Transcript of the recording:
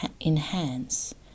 enhance